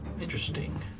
Interesting